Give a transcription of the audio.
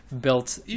built